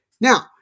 Now